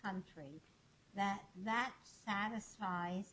country that that